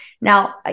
now